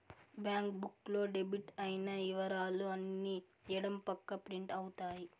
bank book లో debit అయిన ఇవరాలు అన్ని ఎడం పక్క ప్రింట్ అవుతాయి